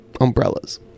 umbrellas